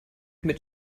mit